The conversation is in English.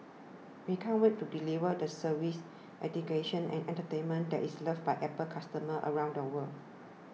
we can't wait to deliver the service education and entertainment that is loved by Apple customers around the world